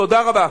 תודה רבה.